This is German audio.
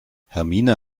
hermine